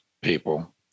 people